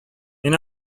мин